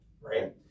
right